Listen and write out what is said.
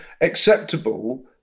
acceptable